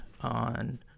on